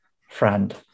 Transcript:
friend